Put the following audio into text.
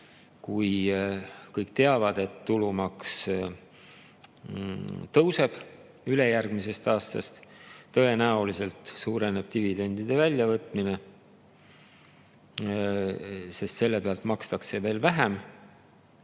kui kõik teavad, et tulumaks tõuseb ülejärgmisest aastast, tõenäoliselt suureneb dividendide väljavõtmine, sest selle pealt makstakse järgmisel